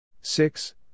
Six